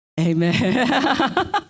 Amen